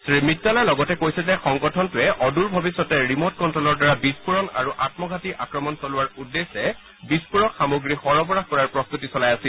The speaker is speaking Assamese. শ্ৰীমিটালে লগতে কৈছে যে সংগঠনটোৱে অদূৰ ভৱিষ্যতে ৰিমট কণ্টলৰ দ্বাৰা বিস্ফোৰণ আৰু আম্মঘাটি আক্ৰমন চলোৱাৰ উদ্দেশ্যে বিস্ফোৰক সামগ্ৰী সৰবৰাহ কৰাৰ প্ৰস্তুতি চলাই আছিল